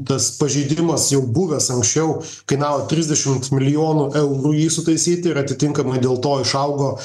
tas pažeidimas jau buvęs anksčiau kainavo trisdešimt milijonų eurų jį sutaisyt ir atitinkamai dėl to išaugo